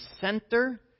center